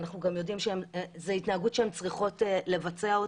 ואנחנו גם יודעים שזו התנהגות שהן צריכות לבצע.